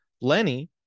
Lenny